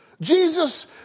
Jesus